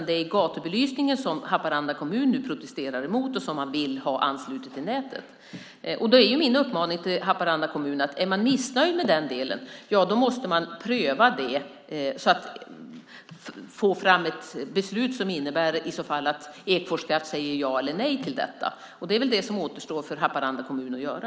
Det är gatubelysningen som Haparanda kommun nu protesterar mot och som man vill ha ansluten till nätet. Min uppmaning till Haparanda kommun är att om man är missnöjd med den delen måste man pröva den för att få fram ett beslut som innebär att Ekfors Kraft säger ja eller nej till detta. Det är väl det som återstår för Haparanda kommun att göra.